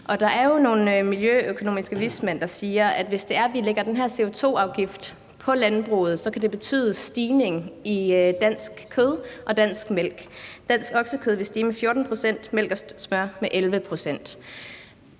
Og der er jo nogle miljøøkonomiske vismænd, der siger, at hvis vi lægger den her CO2-afgift på landbruget, kan det betyde prisstigninger på dansk kød og dansk mælk. Dansk oksekød vil stige med 14 pct., mælk og smør med 11 pct.